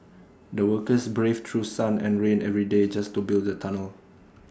the workers braved through sun and rain every day just to build the tunnel